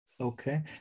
Okay